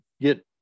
get